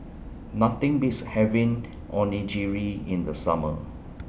Nothing Beats having Onigiri in The Summer